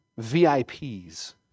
VIPs